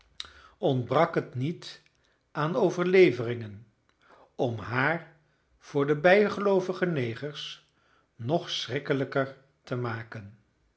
ontbrak het niet aan overleveringen om haar voor de bijgeloovige negers nog schrikkelijker te maken